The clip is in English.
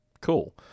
Cool